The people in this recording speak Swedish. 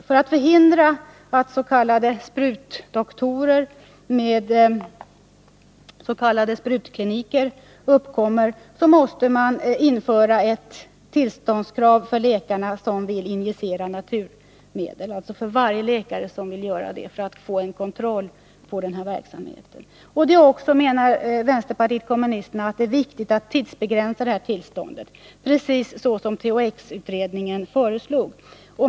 För att förhindra att s.k. sprutdoktorer med ”sprutkliniker” uppkommer måste man införa tillståndskrav för läkare som vill injicera naturmedel — alltså för varje läkare som vill göra det — för att få en kontroll på den här verksamheten. Det är också, tycker vänsterpartiet kommunisterna, viktigt att tidsbegränsa tillståndet, precis så som THX-utredningen föreslog.